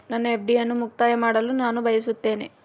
ನನ್ನ ಎಫ್.ಡಿ ಅನ್ನು ಮುಕ್ತಾಯ ಮಾಡಲು ನಾನು ಬಯಸುತ್ತೇನೆ